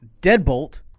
Deadbolt